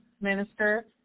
Minister